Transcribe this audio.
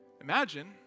Imagine